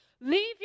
Leave